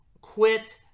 quit